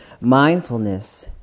Mindfulness